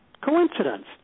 coincidence